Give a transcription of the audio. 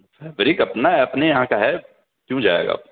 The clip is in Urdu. فیبرک اپنا ہے اپنے یہاں کا ہے کیوں جائے گا